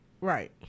right